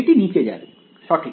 এটি নিচে যাবে সঠিক